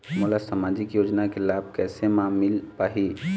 मोला सामाजिक योजना के लाभ कैसे म मिल पाही?